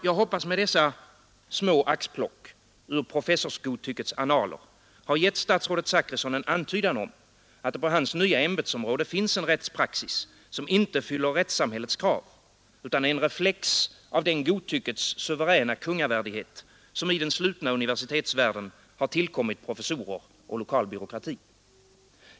Jag hoppas med dessa små axplock ur professorsgodtyckets annaler ha gett statsrådet Zachrisson en antydan om att det på hans nya ämbetsområde finns en rättspraxis, som inte fyller rättssamhällets krav utan är en reflex av den godtyckets suveräna kungavärdighet som i den slutna universitetsvärlden har tillkommit professor och lokal byråkrati.